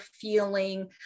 feeling